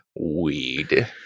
weed